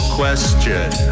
question